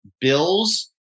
Bills